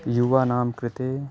यूनां कृते